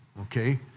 okay